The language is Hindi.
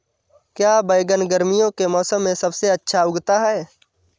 क्या बैगन गर्मियों के मौसम में सबसे अच्छा उगता है?